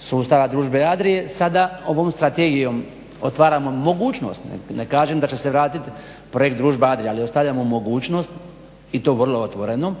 sustava družbe ADRIA-e sada ovom strategijom otvaramo mogućnost, ne kažem da će se vratiti projekt družba ADRIA ali ostavljamo mogućnost i to vrlo otvorenu,